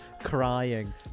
crying